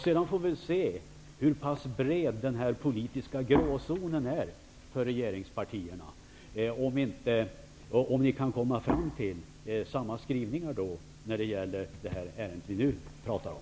Sedan får vi se hur bred den politiska gråzonen är för regeringspartierna, om ni kan komma fram till samma skrivningar som i det ärende vi nu talar om.